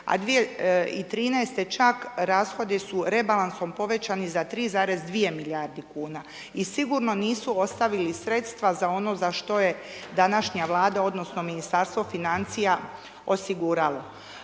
a 2013. čak rashodi su rebalansom povećani za 3,2 milijardi kuna i sigurno nisu ostavili sredstva za ono za što je današnja Vlada odnosno Ministarstvo financija osiguralo.